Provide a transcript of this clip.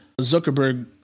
Zuckerberg